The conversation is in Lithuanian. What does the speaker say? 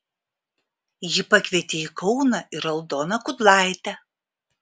ji pakvietė į kauną ir aldoną kudlaitę